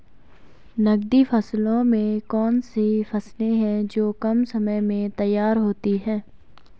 नकदी फसलों में कौन सी फसलें है जो कम समय में तैयार होती हैं?